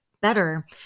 better